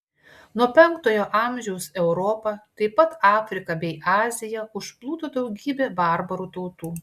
nuo penktojo amžiaus europą taip pat afriką bei aziją užplūdo gausybė barbarų tautų